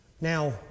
Now